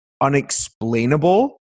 unexplainable